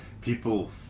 people